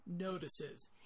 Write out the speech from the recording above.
notices